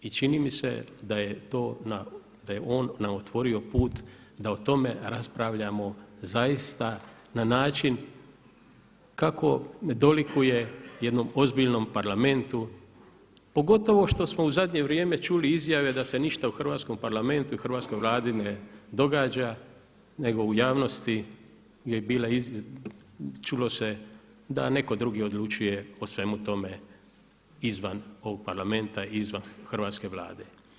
I čini mi se da je to, da je on nam otvorio put da o tome raspravljamo zaista na način kako ne dolikuje jednom ozbiljnom parlamentu pogotovo što smo u zadnje vrijeme čuli izjave da se ništa u Hrvatskom parlamentu i Hrvatskoj vladi ne događa nego u javnosti čulo se da neko drugi odlučuje o svemu tome izvan ovog Parlamenta i izvan Hrvatske vlade.